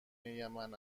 یمن